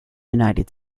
united